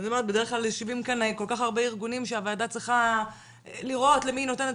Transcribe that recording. יושבים כאן כל כך הרבה ארגונים שהוועדה צריכה לראות למי היא נותנת